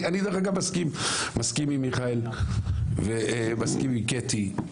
אני דרך אגב מסכים, מסכים עם מיכאל ומסכים עם קטי,